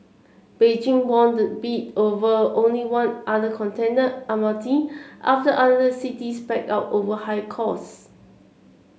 Beijing won the bid over only one other contender Almaty after other cities backed out over high costs